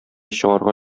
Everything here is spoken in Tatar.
чыгарга